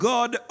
God